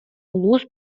улуус